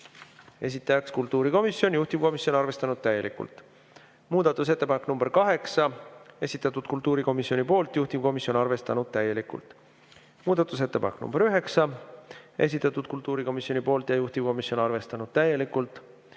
esitaja kultuurikomisjon, juhtivkomisjon on arvestanud täielikult. Muudatusettepanek nr 8, esitatud kultuurikomisjoni poolt, juhtivkomisjon on arvestanud täielikult. Muudatusettepanek nr 9, esitatud kultuurikomisjoni poolt, juhtivkomisjon on arvestanud täielikult.